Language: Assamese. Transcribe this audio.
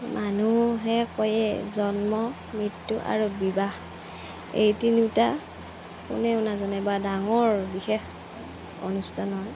মানুহে কয়েই জন্ম মৃত্যু আৰু বিবাহ এই তিনিওটা কোনেও নাজানে বা ডাঙৰ বিশেষ অনুষ্ঠান হয়